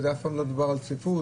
ואף פעם לא דובר על צפיפות,